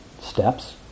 steps